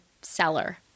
seller